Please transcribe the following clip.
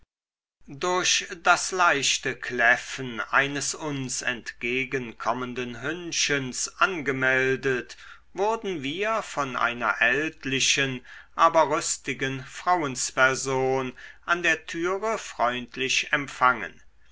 durch das leichte kläffen eines uns entgegen kommenden hündchens angemeldet wurden wir von einer ältlichen aber rüstigen frauensperson an der türe freundlich empfangen